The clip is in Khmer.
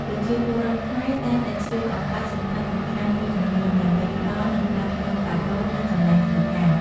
ប្រជាពលរដ្ឋខ្មែរតែងតែឆ្លៀតឱកាសសំខាន់ៗមួយចំនួនដើម្បីផ្តល់និងផ្លាស់ប្ដូរកាដូរនៅកន្លែងធ្វើការ។